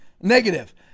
Negative